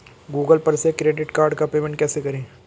Google पर से credit card का पेमेंट कैसे करें?